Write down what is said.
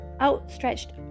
outstretched